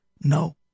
no